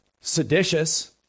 seditious